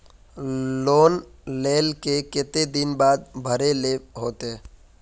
Loan लेल के केते दिन बाद भरे के होते?